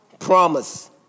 Promise